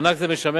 מענק זה משמש,